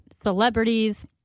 celebrities